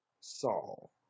Saul